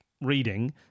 reading